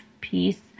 peace